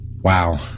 Wow